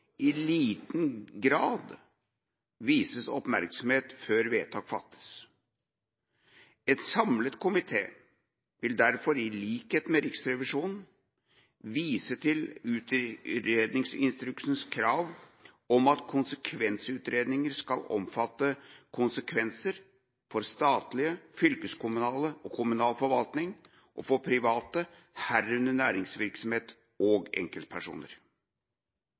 i liten grad vies oppmerksomhet før vedtak fattes. En samlet komité vil derfor, i likhet med Riksrevisjonen, vise til utredningsinstruksens krav om at konsekvensutredninger skal omfatte konsekvenser for statlig, fylkeskommunal og kommunal forvaltning og for private, herunder næringsvirksomhet og enkeltpersoner.